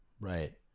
right